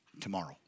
tomorrow